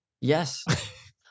Yes